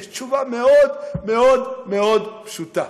יש תשובה מאוד מאוד מאוד פשוטה: